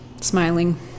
Smiling